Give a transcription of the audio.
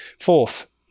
Fourth